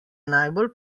najbolj